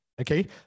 Okay